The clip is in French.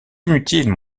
inutile